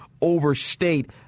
overstate